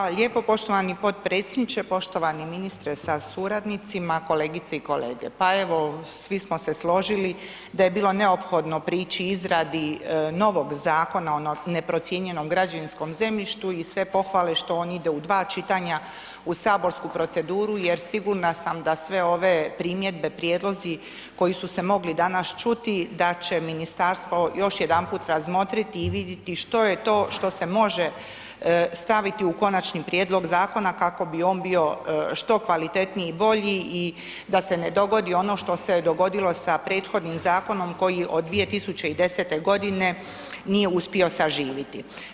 Hvala lijepo poštovani potpredsjedniče, poštovani ministre sa suradnicima, kolegice i kolege, pa evo svi smo se složili da je bilo neophodno prići izradi novog Zakona o neprocijenjenom građevinskom zemljištu i sve pohvale što on ide u dva čitanja u saborsku proceduru jer sigurna sam da sve ove primjedbe, prijedlozi koji su se mogli danas čuti da će ministarstvo još jedanput razmotriti i viditi što je to što se može staviti u konačni prijedlog zakona kako bi on bio što kvalitetniji i bolji i da se ne dogodi ono što se je dogodilo sa prethodnim zakonom koji od 2010.g. nije uspio saživiti.